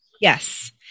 yes